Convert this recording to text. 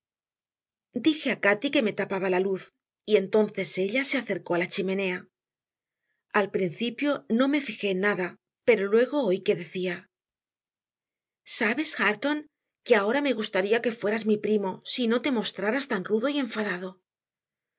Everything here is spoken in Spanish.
dije a cati que me tapaba la luz y entonces ella se acercó a la chimenea al principio no me fijé en nada pero luego oí que decía sabes hareton que ahora me gustaría que fueras mi primo si no te mostraras tan rudo y enfadado